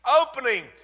opening